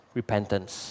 repentance